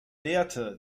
werte